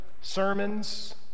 sermons